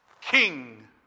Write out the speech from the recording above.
King